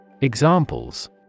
Examples